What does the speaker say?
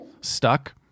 stuck